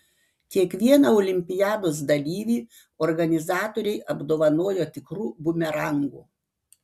kiekvieną olimpiados dalyvį organizatoriai apdovanojo tikru bumerangu